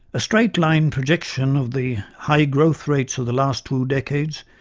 a straight-line projection of the high growth rates of the last two decades,